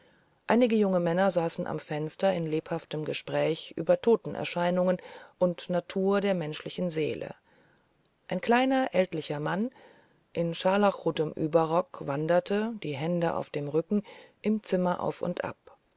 einige junge männer saßen am fenster in lebhaftem gespräch über totenerscheinungen und natur der menschlichen seele ein kleiner ältlicher mann in scharlachrotem überrock wanderte die hände auf dem rücken im zimmer auf und ab